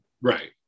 right